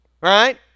right